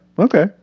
Okay